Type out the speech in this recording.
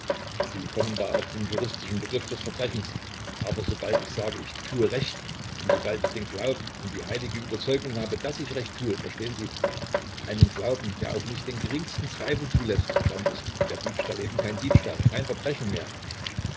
sie kommen da auf den juridischen begriff des verbrechens aber sobald ich sage ich tue recht und sobald ich den glauben und die heilige überzeugung habe daß ich recht tue verstehen sie einen glauben der auch nicht den geringsten zweifel zuläßt dann ist der diebstahl eben kein diebstahl kein verbrechen mehr